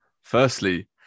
firstly